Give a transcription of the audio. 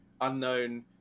unknown